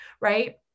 right